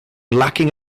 lacking